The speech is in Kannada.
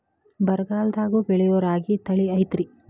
ಬರಗಾಲದಾಗೂ ಬೆಳಿಯೋ ರಾಗಿ ತಳಿ ಐತ್ರಿ?